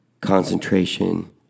Concentration